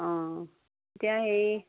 অঁ এতিয়া হেৰি